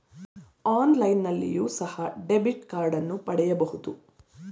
ಆನ್ಲೈನ್ನಲ್ಲಿಯೋ ಸಹ ಡೆಬಿಟ್ ಕಾರ್ಡನ್ನು ಪಡೆಯಬಹುದು